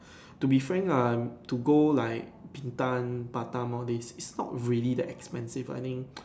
to be frank I am to go like Bintan Batam all these it's not really that expensive I think